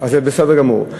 אז זה בסדר גמור,